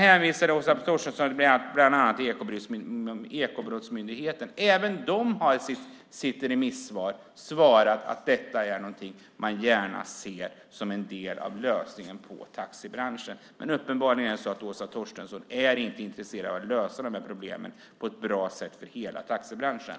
Åsa Torstensson hänvisade bland annat till Ekobrottsmyndigheten. Även de har i sitt remissvar sagt att detta är någonting som man gärna ser som en lösning för taxibranschen. Men uppenbarligen är det så att Åsa Torstensson inte är intresserad av att lösa de här problemen på ett sätt som är bra för hela taxibranschen.